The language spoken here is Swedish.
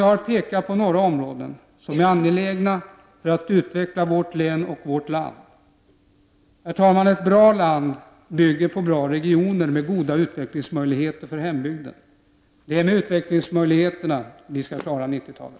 Jag har pekat på några områden som är angelägna för utvecklingen av vårt län och även vårt land i dess helhet. Ett bra land bygger på bra regioner med goda utvecklingsmöjligheter för hembygden. Det är med de utvecklingsmöjligheterna som vi skall klara 90-talet.